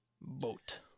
Boat